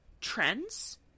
trends